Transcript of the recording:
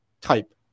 type